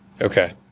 Okay